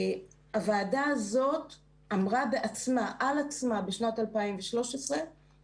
הוועדה הזאת אמרה בעצמה על עצמה בשנת 2013 שאין